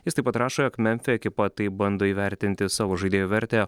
jis taip pat rašo jog memfio ekipa taip bando įvertinti savo žaidėjų vertę